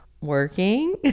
working